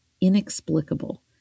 inexplicable